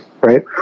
right